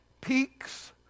peaks